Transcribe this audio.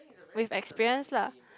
with experience lah